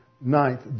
Ninth